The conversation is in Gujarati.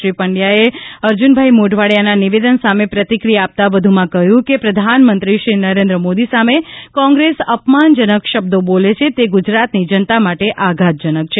શ્રી પંડચાએ અર્જુનભાઇ મોઢવાડીયાના નિવેદન સામે પ્રતિક્રિયા આપતા વધુમાં કહ્યું છે કે પ્રધાનમંત્રી શ્રી નરેન્દ્રમોદી સામે કોંગ્રેસ અપમાનજનક શબ્દો બોલે છે તે ગુજરાતની જનતા માટે આઘાતજનક છે